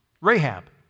Rahab